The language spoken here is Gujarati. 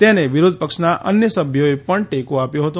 તેને વિરોધપક્ષના અન્ય સભ્યોએ પણ ટેકો આપ્યો હતો